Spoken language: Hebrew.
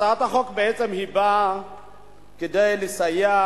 הצעת החוק בעצם באה כדי לסייע